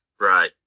right